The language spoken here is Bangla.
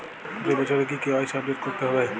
প্রতি বছরই কি কে.ওয়াই.সি আপডেট করতে হবে?